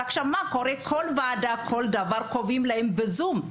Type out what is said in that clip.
קובעים להם כל ועדה בזום.